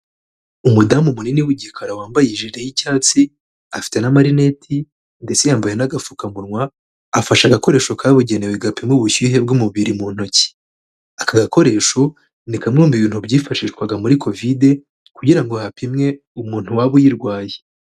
Umudamu munini w'igikara wambaye ijire y'icyatsi, afite n'amarineti ndetse yambaye n'agafukamunwa, afashe agakoresho kabugenewe gapima ubushyuhe bw'umubiri mu ntoki. Aka gakoresho ni kamwe mu bintu byifashishwaga muri covid kugira ngo hapimwe umuntu waba uyirwaye.